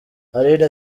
aline